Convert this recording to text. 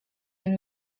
and